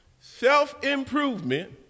Self-Improvement